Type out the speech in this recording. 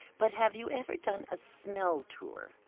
but have you ever done a smell tour?